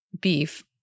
beef